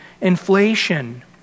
inflation